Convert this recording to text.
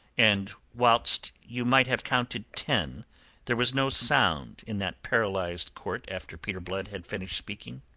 and whilst you might have counted ten there was no sound in that paralyzed court after peter blood had finished speaking.